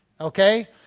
okay